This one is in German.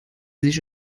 sich